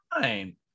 fine